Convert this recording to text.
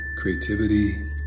creativity